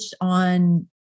on